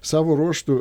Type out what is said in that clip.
savo ruožtu